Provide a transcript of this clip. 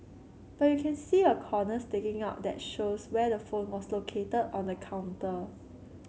but you can see a corner sticking out that shows where the phone was located on the counter